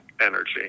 energy